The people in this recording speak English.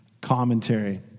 commentary